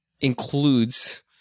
includes